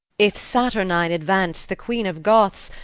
if saturnine advance the queen of goths,